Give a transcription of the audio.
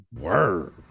Word